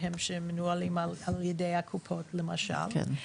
שהם מנוהלים על ידי הקופה למשל,